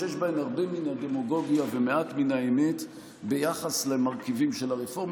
שיש בהן הרבה מן הדמגוגיה ומעט מן האמת ביחס למרכיבים של הרפורמה.